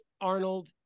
Arnold